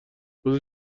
روز